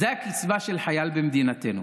זו הקצבה של חייל במדינתנו.